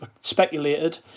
speculated